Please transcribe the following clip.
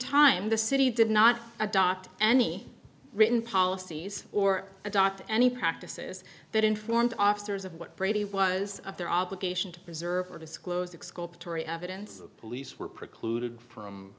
time the city did not adopt any written policies or adopt any practices that informed officers of what brady was of their obligation to preserve or disclose exculpatory evidence police were precluded from